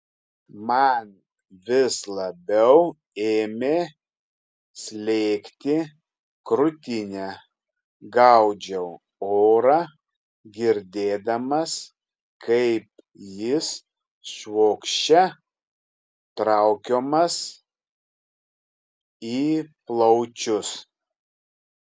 man vis labiau ėmė slėgti krūtinę gaudžiau orą girdėdamas kaip jis švokščia traukiamas į plaučius